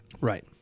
right